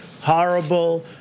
horrible